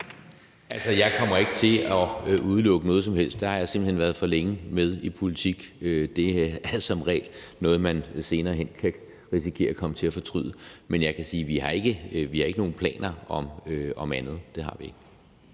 (V): Jeg kommer ikke til at udelukke noget som helst – det har jeg simpelt hen været for længe i politik til – og det er som regel noget, man senere hen kan risikere at komme til at fortryde. Men jeg kan sige, at vi ikke har nogen planer om andet. Det har vi ikke.